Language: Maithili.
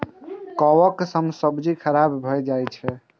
कवक सं सब्जी खराब भए जाइ छै